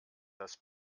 das